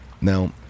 Now